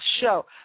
show